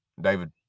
David